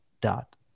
dot